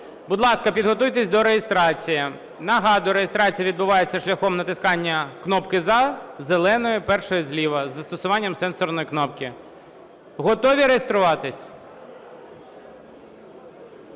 Будь ласка, підготуйтесь до реєстрації. Нагадую: реєстрація відбувається шляхом натискання кнопки "за", зеленої, першої зліва, із застосуванням сенсорної кнопки. Готові реєструватись?